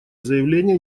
заявления